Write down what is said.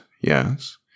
yes